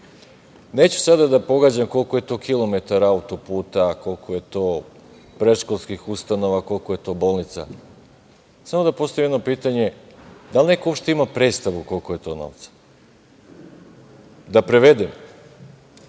Neću sada da pogađam koliko je to kilometara autoputa, koliko je predškolskih ustanova, koliko je to bolnica. Samo da postavim jedno pitanje. Da li neko uopšte ima predstavu koliko je to novca? Da prevede.